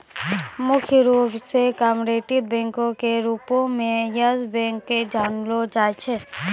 मुख्य रूपो से कार्पोरेट बैंको के रूपो मे यस बैंक के जानलो जाय छै